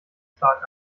stark